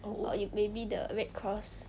or err maybe the red cross